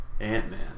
Ant-Man